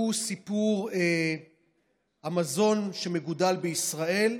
והוא סיפור המזון שמגודל בישראל,